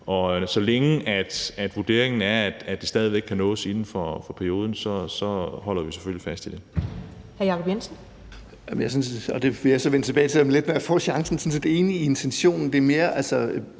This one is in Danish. Og så længe vurderingen er, at det stadig væk kan nås inden for perioden, så holder vi selvfølgelig fast i det.